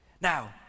Now